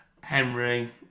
Henry